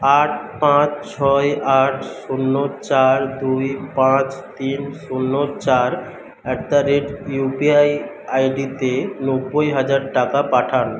আট পাঁচ ছয় আট শূন্য চার দুই পাঁচ তিন শূন্য চার এট দা রেট ইউপিআই আইডিতে নব্বই হাজার টাকা পাঠান